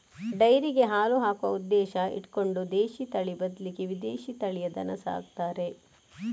ಡೈರಿಗೆ ಹಾಲು ಹಾಕುವ ಉದ್ದೇಶ ಇಟ್ಕೊಂಡು ದೇಶೀ ತಳಿ ಬದ್ಲಿಗೆ ವಿದೇಶೀ ತಳಿಯ ದನ ಸಾಕ್ತಾರೆ